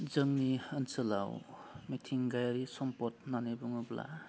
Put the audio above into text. जोंनि ओनसोलाव मिथिंगायारि सम्फद होन्नानै बुङोब्ला